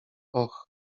och